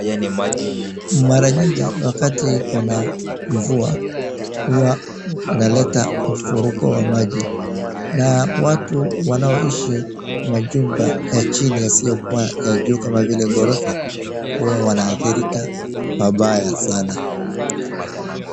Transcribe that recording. Mara nyingi wakati kuna mvua hua unaleta mfuriko wa maji na watu wanaoishi majumba ya chini yasiyokuwa ya juu kama vile hgorofa hua wanaadhirika pabaya sana.